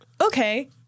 okay